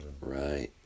right